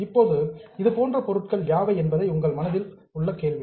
இப்போது இதுபோன்ற பொருட்கள் யாவை என்பதுதான் உங்கள் மனதில் உள்ள கேள்வி